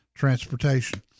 transportation